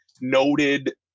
noted